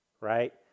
right